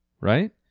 right